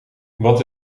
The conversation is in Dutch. wat